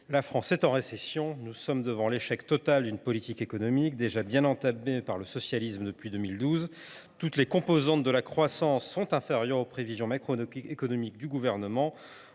la France est en récession ; nous sommes devant l’échec total d’une politique économique déjà bien entamée par le socialisme depuis 2012. Toutes les composantes de la croissance sont inférieures aux prévisions macroéconomiques du Gouvernement.